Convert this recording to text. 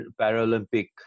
Paralympic